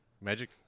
Magic